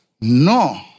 No